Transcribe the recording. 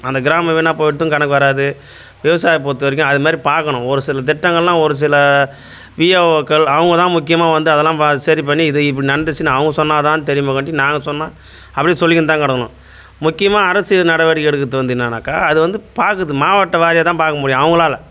அந்த கிராமம் வீணாக போயிடுதும் கணக்கு வராது விவசாயியை பொறுத்தவரைக்கும் அதுமேரி பார்க்கணும் ஒரு சில திட்டங்களெலாம் ஒரு சில விஏஓக்கள் அவங்க தான் முக்கியமாக வந்து அதெல்லாம் பா சரி பண்ணி இது இப்படி நடந்துச்சுன்னு அவங்க சொன்னால்தான் தெரியுமாங்காட்டி நாங்கள் சொன்னால் அப்படியே சொல்லிக்கின்னு தான் கெடைக்கணும் முக்கியமாக அரசு நடவடிக்கை எடுக்கிறது வந்து என்னான்னக்கா அது வந்து பார்க்கறது மாவட்டம் வாரியாக தான் பார்க்க முடியும் அவங்களால